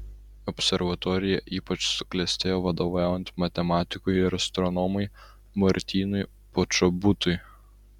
observatorija ypač suklestėjo vadovaujant matematikui ir astronomui martynui počobutui